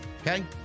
Okay